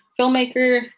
filmmaker